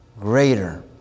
greater